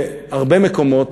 בהרבה מקומות,